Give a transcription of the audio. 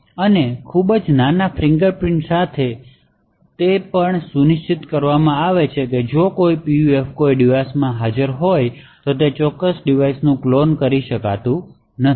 અને ખૂબ જ નાના ફિંગરપ્રિન્ટ સાથે અને તે પણ સુનિશ્ચિત કરવામાં આવે છે કે જો કોઈ PUF કોઈ ડિવાઇસમાં હાજર હોય તો તે ચોક્કસ ડિવાઇસનું ક્લોન કરી શકાતું નથી